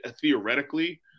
theoretically